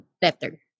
better